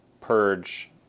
purge